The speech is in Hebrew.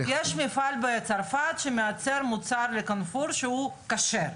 יש מפעל בצרפת שמייצר מוצר ל'קרפור' שהוא כשר.